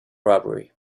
robbery